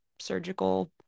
surgical